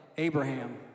Abraham